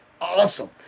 awesome